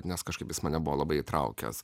nes kažkaip jis mane buvo labai įtraukęs